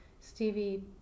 Stevie